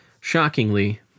Shockingly